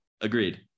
agreed